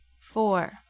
four